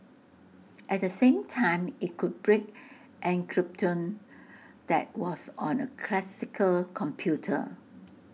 at the same time IT could break encryption that was on A classical computer